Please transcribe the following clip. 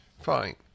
Fine